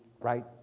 right